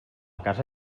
casa